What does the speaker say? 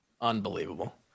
Unbelievable